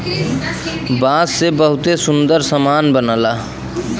बांस से बहुते सुंदर सुंदर सामान बनला